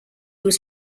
was